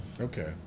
Okay